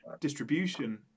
distribution